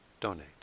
donate